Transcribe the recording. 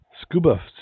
Scuba